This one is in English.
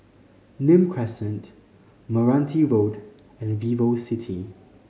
Nim Crescent Meranti Road and VivoCity